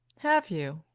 have you?